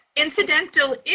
Incidental